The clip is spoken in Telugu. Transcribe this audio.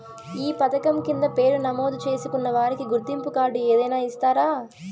ఈ పథకం కింద పేరు నమోదు చేసుకున్న వారికి గుర్తింపు కార్డు ఏదైనా ఇస్తారా?